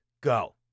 go